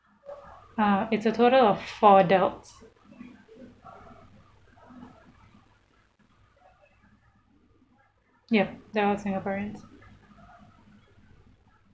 ah it's a total of four adults yup they're all singaporeans